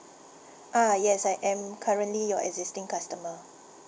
ah yes I am currently your existing customer